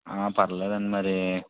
పర్వాలేదు అండి మరి